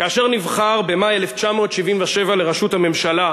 כאשר נבחר במאי 1977 לראשות הממשלה,